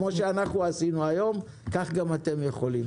כמו שאנחנו עשינו היום, כך גם אתם יכולים.